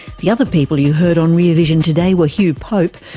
the other people you heard on rear vision today were hugh pope,